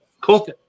Cool